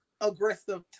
aggressive